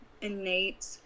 innate